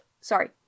sorry